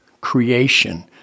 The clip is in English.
creation